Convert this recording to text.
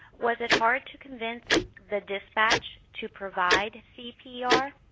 was it hard to convince the dispatch to provide cpr?